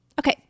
Okay